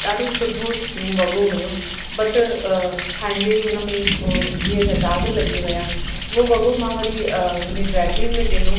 ॾाढो सुठो वॻो हुओ बट खाईंदे हुन में गिहु जा दाॻ लॻी विया उहो वॻो मां वरी हुन में ड्राय क्लीन में ॾिनो